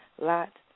lot